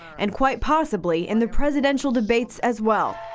and quite possibly in the presidential debates as well.